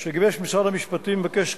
ניגשים להצבעה,